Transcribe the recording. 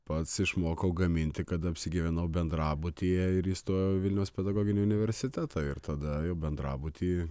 pats išmokau gaminti kad apsigyvenau bendrabutyje ir įstojau į vilniaus pedagoginį universitetą ir tada jau bendrabuty